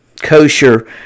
kosher